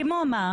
כמו מה?